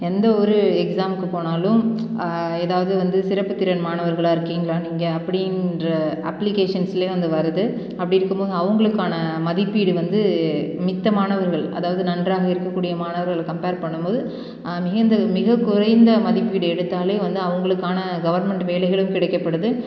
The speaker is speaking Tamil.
எந்த ஒரு எக்ஸாமுக்கு போனாலும் ஏதாவது வந்து சிறப்புத் திறன் மாணவர்களாக இருக்கீங்களா நீங்கள் அப்படின்ற அப்ளிகேஷன்ஸ்லேயும் அந்த வருது அப்படி இருக்கும் போது அவங்களுக்கான மதிப்பீடு வந்து மித்த மாணவர்கள் அதாவது நன்றாக இருக்கக்கூடிய மாணவர்கள கம்பேர் பண்ணும் போது மிகுந்தது மிகக்குறைந்த மதிப்பீடு எடுத்தாலே வந்து அவங்களுக்கான கவர்மெண்ட் வேலைகளும் கிடைக்கப்படுது